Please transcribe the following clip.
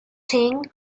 think